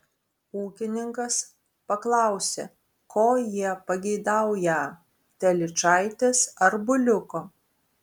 ūkininkas paklausė ko jie pageidaują telyčaitės ar buliuko